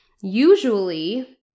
usually